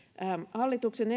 hallituksen